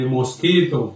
Mosquito